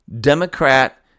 Democrat